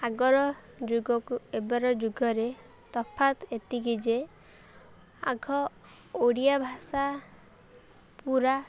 ଆଗର ଯୁଗକୁ ଏବେର ଯୁଗରେ ତଫତ୍ ଏତିକି ଯେ ଆଗ ଓଡ଼ିଆ ଭାଷା ପୁରା